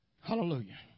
Hallelujah